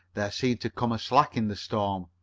there seemed to come a slack in the storm.